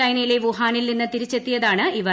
ചൈനയിലെ വുഹാനിൽ നിന്ന് തിരിച്ചെത്തിയതാണ് ഇവർ